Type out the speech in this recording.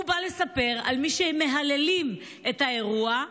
הוא בא לספר על מי שמהללים את האירוע,